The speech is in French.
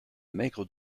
maigre